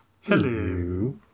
Hello